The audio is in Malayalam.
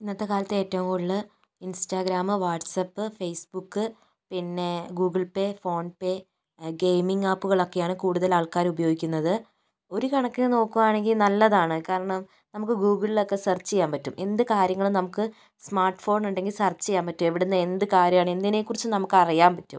ഇന്നത്തെ കാലത്ത് ഏറ്റവും കൂടുതല് ഇൻസ്റ്റാഗ്രാമ് വാട്സ്ആപ്പ് ഫേസ്ബുക് പിന്നെ Google Pay PhonePe gaming ആപ്പുകൾ ഒക്കെയാണ് കൂടുതൽ ആൾക്കാരും ഉപയോഗിക്കുന്നത് ഒരു കണക്കിന് നോക്കുവാണെങ്കിൽ നല്ലതാണ് കാരണം നമുക്ക് ഗൂഗിളിൽ ഒക്കെ സെർച്ച് ചെയ്യാൻ പറ്റും എന്ത് കാര്യങ്ങളും നമുക്ക് സ്മാർട്ട് ഫോൺ ഉണ്ടെങ്കിൽ സെർച്ച് ചെയ്യാൻ പറ്റും എവിടുന്ന് എന്ത് കാര്യം ആണേൽ എന്തിനെ കുറിച്ചും നമുക്ക് അറിയാൻ പറ്റും